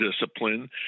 discipline